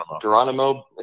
geronimo